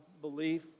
belief